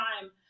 time